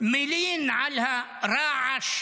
מלין על ה"רעש"